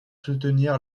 soutenir